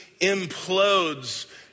implodes